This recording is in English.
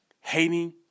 Hating